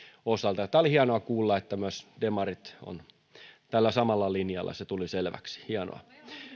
osalta oli hienoa kuulla että myös demarit ovat tällä samalla linjalla se tuli selväksi hienoa